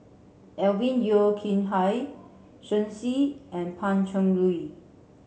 Alvin Yeo Khirn Hai Shen Xi and Pan Cheng Lui